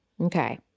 Okay